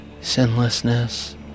sinlessness